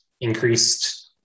increased